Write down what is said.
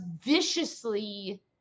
viciously